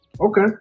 Okay